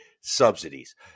subsidies